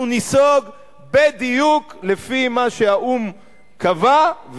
אנחנו ניסוג בדיוק לפי מה שהאו"ם קבע,